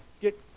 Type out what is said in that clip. get